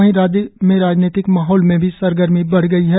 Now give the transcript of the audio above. वही राज्य के राजनैतिक माहौल में भी सरगर्मी बढ़ गई है